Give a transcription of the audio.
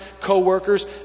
co-workers